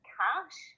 cash